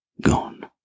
gone